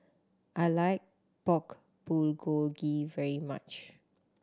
I like Pork Bulgogi very much